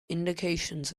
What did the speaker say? indications